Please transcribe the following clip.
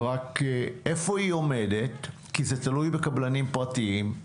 רק איפה היא עומדת כי זה תלוי בקבלנים פרטיים.